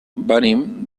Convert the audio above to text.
venim